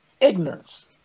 ignorance